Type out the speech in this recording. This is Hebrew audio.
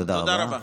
תודה רבה.